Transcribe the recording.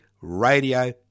Radio